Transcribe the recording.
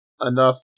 enough